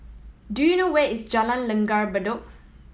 do you know where is Jalan Langgar Bedok